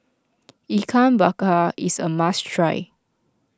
Ikan Bakar is a must try